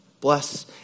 Bless